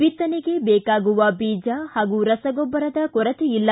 ಬಿತ್ತನೆಗೆ ಬೇಕಾಗುವ ಬಿತ್ತನೆ ಬೀಜ ಹಾಗೂ ರಸಗೊಬ್ಬರದ ಕೊರತೆ ಇಲ್ಲ